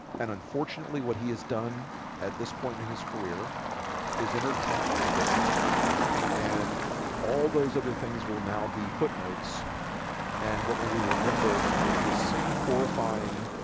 and unfortunately what he has done at this point in his career is in her trump's orbit and all those other things will now be footnotes and what will be remembered is this horrifying?